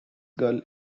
gull